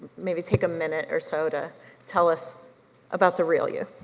maybe take a minute or so to tell us about the real you.